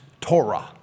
Torah